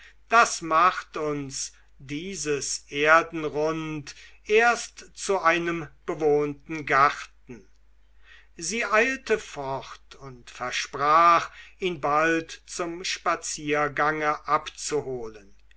das macht uns dieses erdenrund erst zu einem bewohnten garten sie eilte fort und versprach ihn bald zum spaziergange abzuholen